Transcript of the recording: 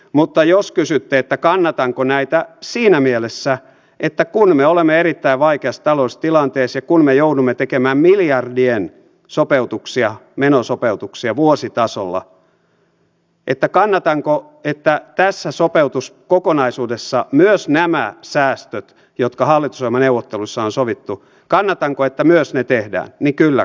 mutta jos kysyitte kannatanko näitä siinä mielessä että kun me olemme erittäin vaikeassa taloudellisessa tilanteessa ja kun me joudumme tekemään miljardien menosopeutuksia vuositasolla niin tässä sopeutuskokonaisuudessa myös nämä säästöt jotka hallitusohjelman neuvotteluissa on sovittu tehdään niin kyllä kannatan